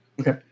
Okay